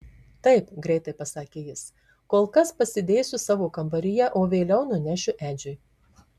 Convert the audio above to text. taip greitai pasakė jis kol kas pasidėsiu savo kambaryje o vėliau nunešiu edžiui